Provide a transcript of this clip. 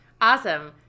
Awesome